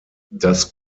das